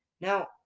Now